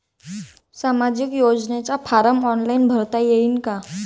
सामाजिक योजनेचा form online भरता येईन का?